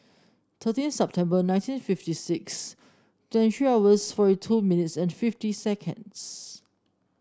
thirteen September nineteen fifty six twenty three hours forty two minutes and fifty seconds